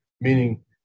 meaning